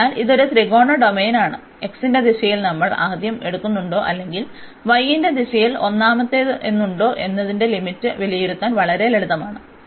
അതിനാൽ ഇത് ഒരു ത്രികോണ ഡൊമെയ്നാണ് x ന്റെ ദിശയിൽ നമ്മൾ ആദ്യം എടുക്കുന്നുണ്ടോ അല്ലെങ്കിൽ y ന്റെ ദിശയിൽ ഒന്നാമതെത്തുന്നുണ്ടോ എന്നതിന്റെ ലിമിറ്റ് വിലയിരുത്താൻ വളരെ ലളിതമാണ്